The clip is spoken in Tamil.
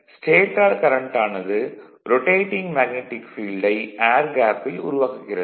ஸ்டேடார் கரண்ட் ஆனது ரொடேடிங் மேக்னடிக் ஃபீல்டை ஏர் கேப்பில் உருவாக்குகிறது